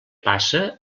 passa